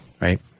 Right